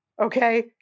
okay